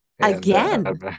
Again